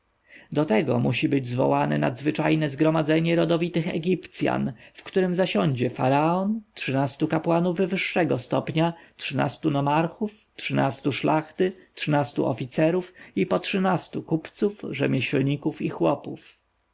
do tego musi być zwołane nadzwyczajne zgromadzenie rodowitych egipcjan w którem zasiądzie faraon trzynastu kapłanów wyższego stopnia trzynastu nomarchów trzynastu szlachty trzynastu oficerów i po trzynastu kupców rzemieślników i chłopów